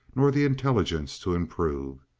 nor the intelligence to improve,